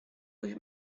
rue